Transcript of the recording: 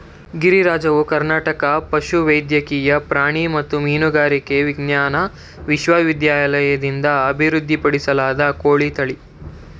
ಗಿರಿರಾಜವು ಕರ್ನಾಟಕ ಪಶುವೈದ್ಯಕೀಯ ಪ್ರಾಣಿ ಮತ್ತು ಮೀನುಗಾರಿಕೆ ವಿಜ್ಞಾನ ವಿಶ್ವವಿದ್ಯಾಲಯದಿಂದ ಅಭಿವೃದ್ಧಿಪಡಿಸಲಾದ ಕೋಳಿ ತಳಿ